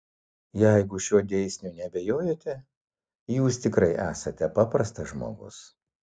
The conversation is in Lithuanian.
jeigu šiuo dėsniu neabejojate jūs tikrai esate paprastas žmogus